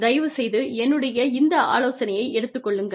தயவுசெய்து என்னுடைய இந்த ஆலோசனையை எடுத்துக் கொள்ளுங்கள்